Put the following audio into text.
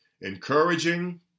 encouraging